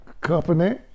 company